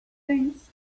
things